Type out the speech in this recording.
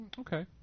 Okay